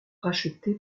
racheté